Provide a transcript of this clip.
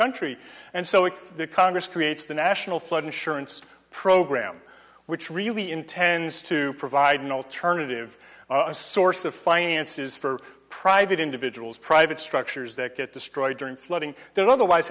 country and so if the congress creates the national flood insurance program which really intends to provide an alternative source of finances for private individuals private structures that get destroyed during flooding then otherwise